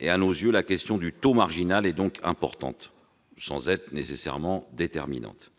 À nos yeux, la question du taux marginal est donc importante, sans être nécessairement déterminante.